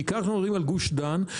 בעיקר כשאנחנו מדברים על גוש דן,